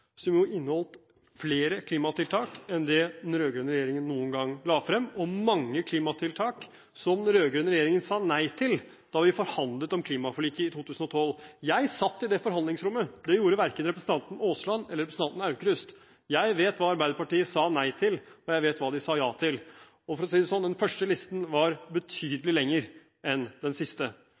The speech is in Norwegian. som inneholdt flere klimatiltak enn det den rød-grønne regjeringen noen gang la frem – og mange klimatiltak som den rød-grønne regjeringen sa nei til da vi forhandlet om klimaforliket i 2012. Jeg satt i det forhandlingsrommet, det gjorde verken representanten Aasland eller representanten Aukrust. Jeg vet hva Arbeiderpartiet sa nei til, og jeg vet hva de sa ja til. Og – for å si det sånn: Den første listen var betydelig lengre enn den siste.